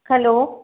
hello